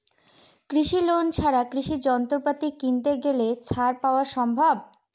কৃষি লোন ছাড়া কৃষি যন্ত্রপাতি কিনতে গেলে ছাড় পাওয়া সম্ভব?